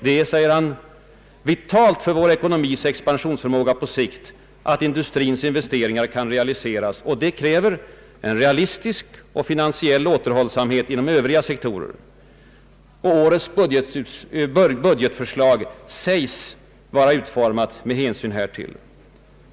Det är, säger han, »vitalt för vår ekonomis expansionsförmåga på sikt» att industrins investeringsplaner kan rea liseras. Detta kräver »en realistisk och finansiell återhållsamhet» inom Övriga sektorer. Och årets budgetförslag sägs vara utformat med hänsyn härtill.